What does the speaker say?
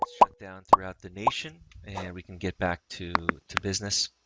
shut down throughout the nation and we can get back to, to business.